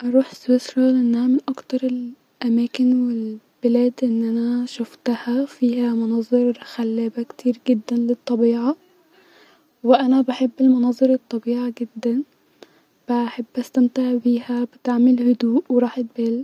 اروح سويسرا لانها من اكتر الاماكن والبلاد الي انا شوفتها وفيها مناظر خلابه كتير جدا للطبيعه-وانا بحب المناظر الطبيعه جدا -بستمتع بيها بتعمل هدوء وراحه بال